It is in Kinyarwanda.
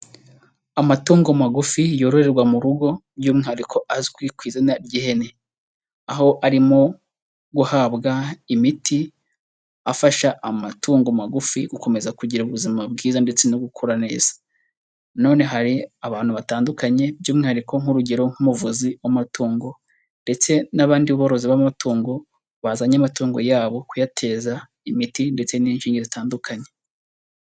Amatungo magufi yororerwa mu rugo by'umwihariko azwi ku izina ry'ihene, aho arimo guhabwa imiti afasha amatungo magufi gukomeza kugira ubuzima bwiza ndetse no gukura neza, none hari abantu batandukanye by'umwihariko nk'urugero nk'umuvuzi w'amatungo ndetse n'abandi borozi b'amatungo, bazanye amatungo yabo kuyateza imiti ndetse n'inshinge zitandukanye.